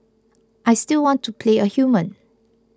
I still want to play a human